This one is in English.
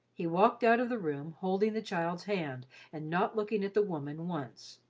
he walked out of the room, holding the child's hand and not looking at the woman once.